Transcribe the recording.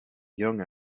young